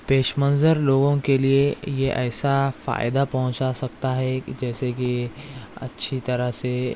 پیش منظر لوگوں کے لیے یہ ایسا فائدہ پہنچا سکتا ہے کہ جیسے کہ اچھی طرح سے